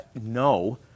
No